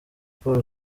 paul